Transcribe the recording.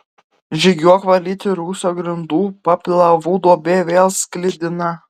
žygiuok valyti rūsio grindų paplavų duobė vėl sklidina